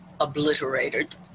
obliterated